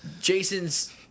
Jason's